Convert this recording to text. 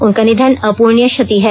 उनका निधन अपुर्णीय क्षति है